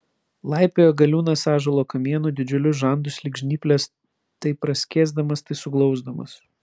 laipioja galiūnas ąžuolo kamienu didžiulius žandus lyg žnyples tai praskėsdamas tai suglausdamas